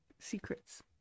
Secrets